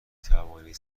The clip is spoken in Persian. توانید